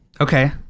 Okay